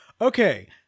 okay